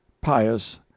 pious